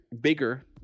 bigger